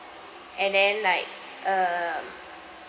and then like um